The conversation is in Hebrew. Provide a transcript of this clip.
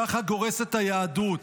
כך גורסת היהדות.